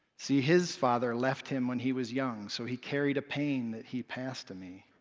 see, his father left him when he was young, so he carried a pain that he passed to me.